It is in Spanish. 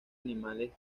animales